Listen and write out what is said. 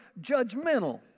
judgmental